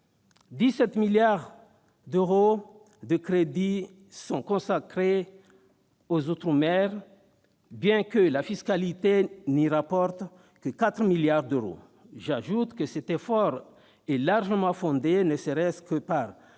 17 milliards euros de crédits aux outre-mer, bien que la fiscalité n'y rapporte que 4 milliards d'euros. J'ajoute que cet effort est largement fondé, ne serait-ce qu'en raison